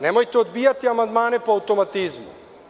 Nemojte odbijati amandmane po automatizmu.